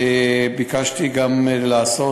ביקשתי גם לעשות,